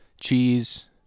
Cheese